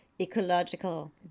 ecological